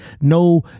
No